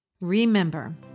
remember